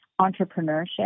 entrepreneurship